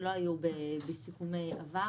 שלא היו בסיכומי עבר,